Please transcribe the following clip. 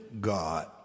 God